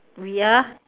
we are